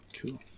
cool